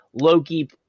Loki